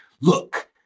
look